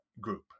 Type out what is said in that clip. group